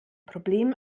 problem